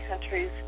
countries